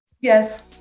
Yes